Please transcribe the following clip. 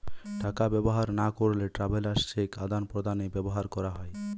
টাকা ব্যবহার না করলে ট্রাভেলার্স চেক আদান প্রদানে ব্যবহার করা হয়